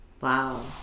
wow